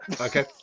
Okay